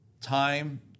time